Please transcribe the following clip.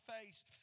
face